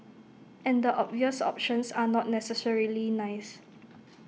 and the obvious options are not necessarily nice